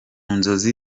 nzozi